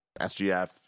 SGF